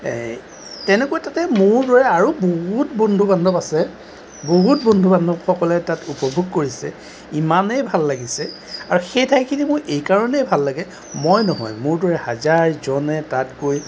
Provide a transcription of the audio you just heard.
এই তেনেকুৱা তাতে মোৰ দৰে আৰু বহুত বন্ধু বান্ধৱ আছে বহুত বন্ধু বান্ধৱসকলে তাত উপভোগ কৰিছে ইমানেই ভাল লাগিছে আৰু সেই ঠাইখিনি মোৰ এইকাৰণেই ভাল লাগে মই নহয় মোৰ দৰে হাজাৰজনে তাত গৈ